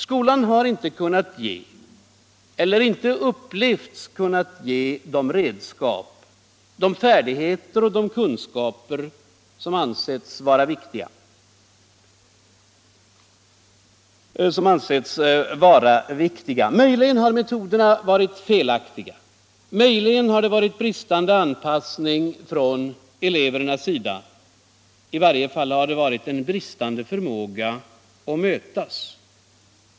Skolan har inte kunnat ge — eller inte upplevts kunna ge — de redskap, de färdigheter och de kunskaper som ansetts vara viktiga. Möjligen har metoderna varit felaktiga, möjligen har det varit bristande anpassning från elevernas sida. I varje fall har det varit bristande förmåga att mötas.